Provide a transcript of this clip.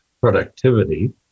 Productivity